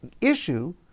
issue